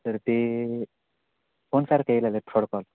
तर ते फोन सारखा याय लागला आहे फ्रॉड कॉल